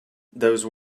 those